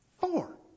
Four